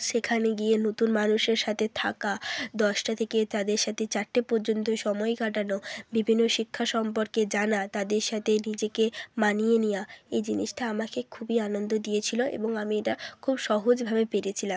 সেখানে গিয়ে নতুন মানুষের সাতে থাকা দশটা থেকে তাদের সাথে চারটে পর্যন্ত সময় কাটানো বিভিন্ন শিক্ষা সম্পর্কে জানা তাদের সাতে নিজেকে মানিয়ে নেয়া এই জিনিসটা আমাকে খুবই আনন্দ দিয়েছিলো এবং আমি এটা খুব সহজভাবে পেরেছিলাম